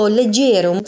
leggero